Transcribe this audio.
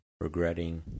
regretting